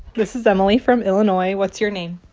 this is emily from illinois. what's your name?